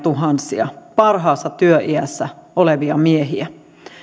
pysyvästi kymmeniätuhansia parhaassa työiässä olevia miehiä